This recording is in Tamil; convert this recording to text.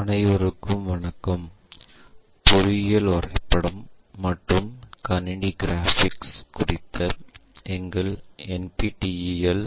அனைவருக்கும் வணக்கம் பொறியியல் வரைபடம் மற்றும் கணினி கிராபிக்ஸ் குறித்த எங்கள் NPTEL